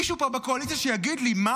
מישהו פה בקואליציה שיגיד לי: מה